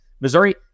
Missouri